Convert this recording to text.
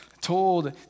told